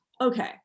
Okay